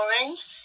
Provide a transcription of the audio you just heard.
orange